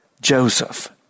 Joseph